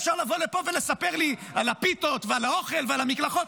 אפשר לבוא לפה ולספר לי על הפיתות ועל האוכל ועל המקלחות,